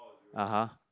(uh huh)